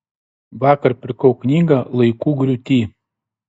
vakar pirkau knygą laikų griūty